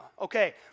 Okay